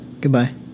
goodbye